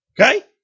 Okay